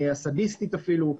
הסדיסטית אפילו,